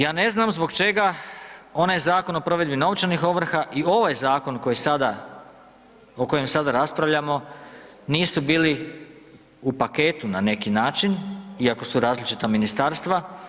Ja ne znam zbog čega onaj Zakon o provedbi novčanih ovrha i ovaj zakon koji sada, o kojem sada raspravljamo, nisu bili u paketu na neki način iako su različita ministarstva?